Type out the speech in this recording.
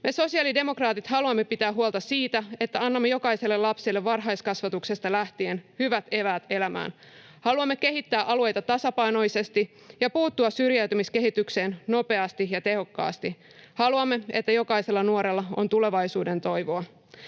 Me sosiaalidemokraatit haluamme pitää huolta siitä, että annamme jokaiselle lapselle varhaiskasvatuksesta lähtien hyvät eväät elämään. Haluamme kehittää alueita tasapainoisesti ja puuttua syrjäytymiskehitykseen nopeasti ja tehokkaasti. Haluamme, että jokaisella nuorella on tulevaisuudentoivoa.